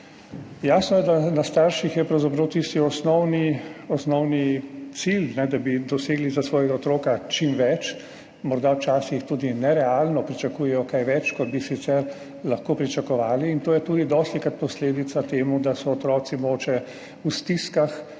Jasno je, da je na starših pravzaprav tisti osnovni cilj, da bi dosegli za svojega otroka čim več. Morda včasih tudi nerealno pričakujejo kaj več, kot bi sicer lahko pričakovali, in dostikrat je posledica tega tudi, da so otroci mogoče v stiskah